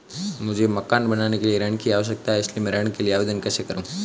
मुझे मकान बनाने के लिए ऋण की आवश्यकता है इसलिए मैं ऋण के लिए आवेदन कैसे करूं?